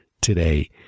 today